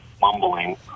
mumbling